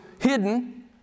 hidden